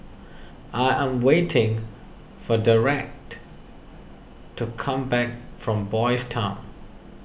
I am waiting for Derek to come back from Boys' Town